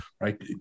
Right